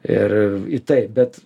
ir taip bet